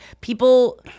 people